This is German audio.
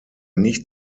nicht